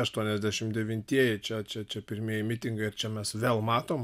aštuoniasdešimt devintieji čia čia pirmieji mitingai ir čia mes vėl matom